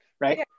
right